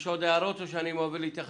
יש עוד הערות או שאני עובר להתייחסויות?